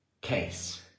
case